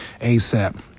ASAP